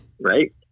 right